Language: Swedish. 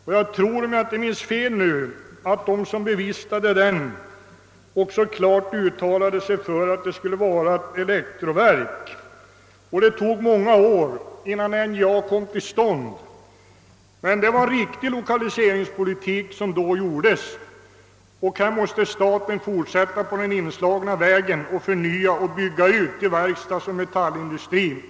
Om jag inte minns fel uttalade sig de som bevistade denna konferens också klart för att det skulle vara ett elektroverk. Det tog många år innan NJA kom till stånd. Den lokaliseringspolitik som då genomfördes var riktig. Staten måste fortsätta på den väg den då slog in på och i ökad omfattning bygga ut verkstadsoch metallindustri.